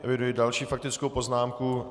Eviduji další faktickou poznámku.